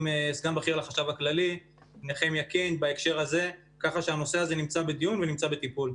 סגן בכיר לחשב הכללי בהקשר הזה כך שהנושא הזה נמצא בדיון ובטיפול.